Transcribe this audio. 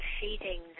feeding